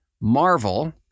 Marvel